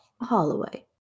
Holloway